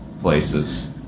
places